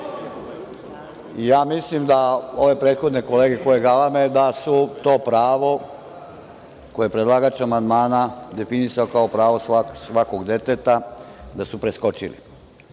mislim da prethodne kolege koje galame da su to pravo koje predlagač amandman definisao kao pravo svakog deteta, da su preskočili.